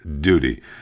duty